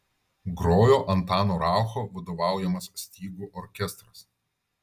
grojo antano raucho vadovaujamas stygų orkestras